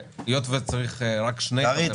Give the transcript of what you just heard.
קרעי,